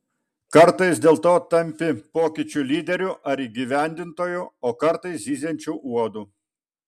kartais dėl to tampi pokyčių lyderiu ar įgyvendintoju o kartais zyziančiu uodu